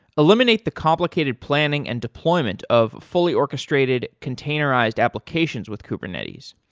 eliminate the complicated planning and deployment of fully orchestrated containerized applications with kubernetes.